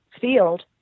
field